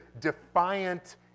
defiant